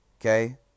Okay